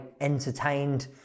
entertained